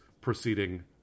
proceeding